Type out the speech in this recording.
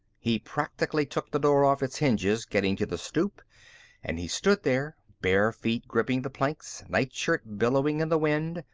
he practically took the door off its hinges getting to the stoop and he stood there, bare feet gripping the planks, nightshirt billowing in the wind,